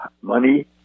money